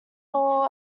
all